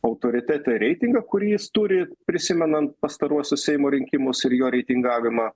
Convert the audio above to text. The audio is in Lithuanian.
autoritete reitingą kurį jis turi prisimenant pastaruosius seimo rinkimus ir jo reitingavimą